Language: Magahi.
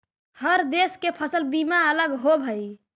हर देश के फसल बीमा अलग होवऽ हइ